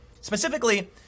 Specifically